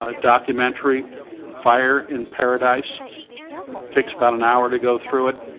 ah documentary fire in paradise it takes about an hour to go through it.